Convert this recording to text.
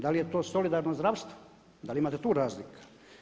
Da li je to solidarno zdravstvo, da li imate tu razlika?